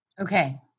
Okay